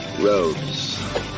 roads